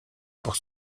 pour